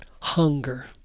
hunger